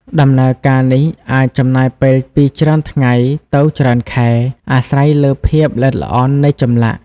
ដំណើរការនេះអាចចំណាយពេលពីច្រើនថ្ងៃទៅច្រើនខែ អាស្រ័យលើភាពល្អិតល្អន់នៃចម្លាក់។